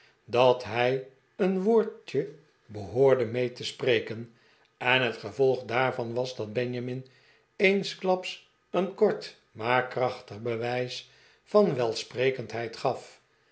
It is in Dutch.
dat hij een woordje behoorde mee te spreken en het gevolg daarvan was dat benjamin eensklaps een kort maar krachtig be wij s van welsprekendheid gaf